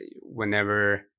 whenever